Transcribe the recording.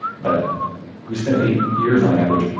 but we spend eight years, on average,